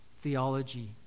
theology